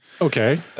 Okay